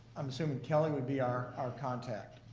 i'm assuming kelly will be our our contact,